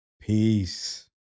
Peace